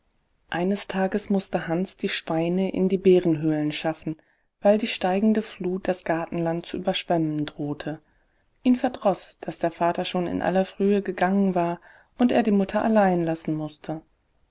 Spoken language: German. eines tages mußte hans die schweine in die bärenhöhlen schaffen weil die steigende flut das gartenland zu überschwemmen drohte ihn verdroß daß der vater schon in aller frühe gegangen war und er die mutter allein lassen mußte